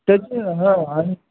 त्याची आणि